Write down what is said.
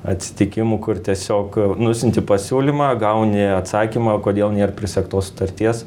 atsitikimų kur tiesiog nusiunti pasiūlymą gauni atsakymą o kodėl nėr prisegtos sutarties